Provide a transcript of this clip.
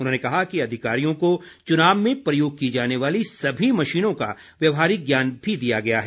उन्होंने कहा कि अधिकारियों को चुनाव में प्रयोग की जाने वाली सभी मशीनों का व्यवहारिक ज्ञान भी दिया गया है